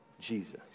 Jesus